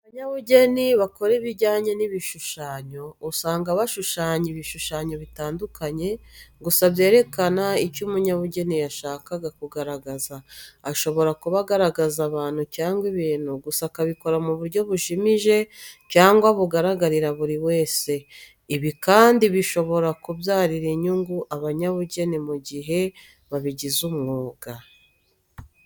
Abanyabugeni bakora ibijyanye n'ibishushanyo, usanga bashushanya ibishushanyo bitandukanye gusa byerekana icyo umunyabugeni yashakaga kugaragaza, ashobora kuba agaragaza abantu cyangwa ibintu gusa akabikora mu buryo bujimije cyangwa bugaragarira buri wese. Ibi kandi bishobora kubyarira inyungu abanyabugeni mu gihe babigize umwuga.